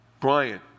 Brian